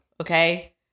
Okay